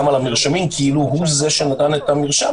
על המרשמים כאילו הוא זה שנתן את המרשם,